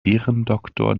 ehrendoktor